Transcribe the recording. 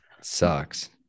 sucks